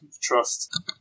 trust